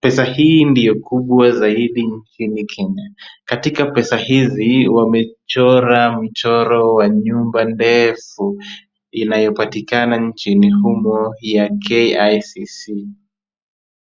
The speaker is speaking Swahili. Pesa hii ndio kubwa zaidi nchini Kenya. Katika pesa hizi wamechora mchoro wa nyumba ndefu inayopatikana nchini humu ya KICC.